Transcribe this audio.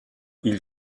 ils